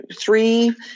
three